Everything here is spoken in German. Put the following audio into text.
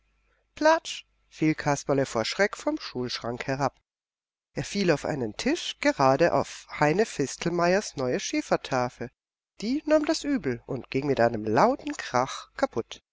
platsch fiel kasperle vor schreck vom schulschrank herab er fiel auf einen tisch gerade auf heine fistelmeyers neue schiefertafel die nahm das übel und ging mit einem lauten krach kaputt